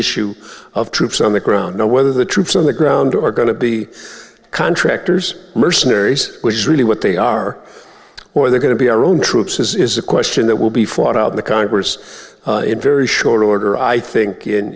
issue of troops on the ground know whether the troops on the ground are going to be contractors mercenaries which is really what they are or they're going to be our own troops is a question that will be fought out in the congress in very short order i think in